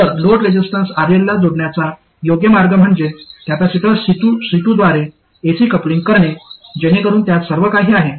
तर load resistance RL ला जोडण्याचा योग्य मार्ग म्हणजे कॅपेसिटर C2 द्वारे एसी कपलिंग करणे जेणेकरून त्यात सर्व काही आहे